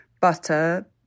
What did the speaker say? butter